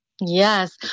Yes